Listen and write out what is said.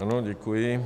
Ano, děkuji.